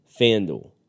FanDuel